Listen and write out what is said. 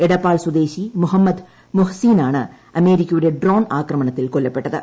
എടപ്പാൾ സ്വദേശി മുഹമ്മദ് മുഹസീനാണ് അമേരിക്കയുടെ ഡ്രോൺ ആക്രമണത്തിൽ കൊല്ലപ്പെട്ടത്